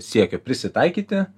siekio prisitaikyti